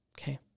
Okay